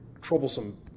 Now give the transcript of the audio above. troublesome